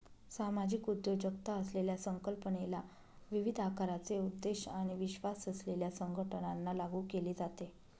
सामाजिक उद्योजकता असलेल्या संकल्पनेला विविध आकाराचे उद्देश आणि विश्वास असलेल्या संघटनांना लागू केले जाते